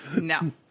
No